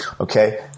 Okay